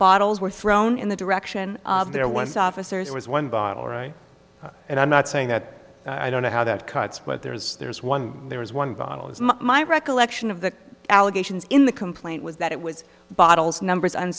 bottles were thrown in the direction of their once officers was one bottle right and i'm not saying that i don't know how that cuts but there is there is one there was one bottle is my recollection of the allegations in the complaint was that it was bottles numbers